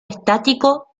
estático